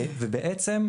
ובעצם,